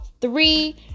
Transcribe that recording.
Three